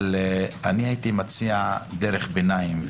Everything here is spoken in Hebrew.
אבל אני הייתי מציע דרך ביניים,